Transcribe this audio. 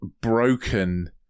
broken